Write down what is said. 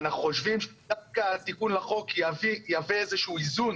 ואנחנו חושבים שדווקא התיקון לחוק יהווה איזה שהוא איזון